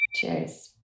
cheers